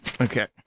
okay